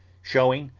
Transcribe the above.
showing,